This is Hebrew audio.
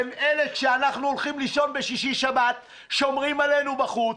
הם אלה כשאנחנו הולכים לישון בשישי-שבת שומרים עלינו בחוץ,